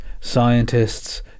scientists